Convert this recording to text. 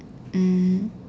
mm